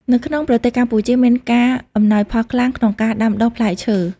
នៅក្នុងប្រទេសកម្ពុជាមានការ អំណោយផលខ្លាំង ក្នុងការដាំដុះផ្លែឈើ។